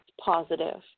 positive